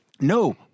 no